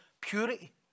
Purity